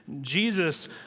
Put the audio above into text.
Jesus